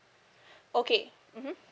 okay mmhmm